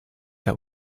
that